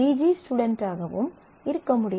G ஸ்டுடென்ட்டாகவும் இருக்க முடியாது